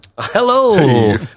Hello